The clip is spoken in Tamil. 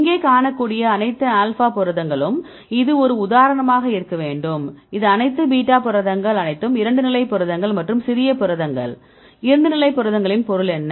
இங்கே காணக்கூடிய அனைத்து ஆல்பா புரதங்களுக்கும் இது ஒரு உதாரணமாக இருக்க வேண்டும் இது அனைத்து பீட்டா புரதங்கள் அனைத்தும் 2 நிலை புரதங்கள் மற்றும் சிறிய புரதங்கள் 2 நிலை புரதங்களின் பொருள் என்ன